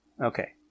Okay